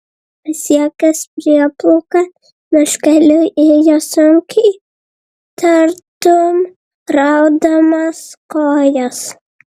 pasiekęs prieplauką miškeliu ėjo sunkiai tartum raudamas kojas